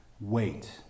wait